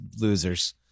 losers